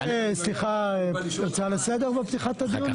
סליחה, אפשר הצעה לסדר בפתיחת הדיון?